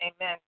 Amen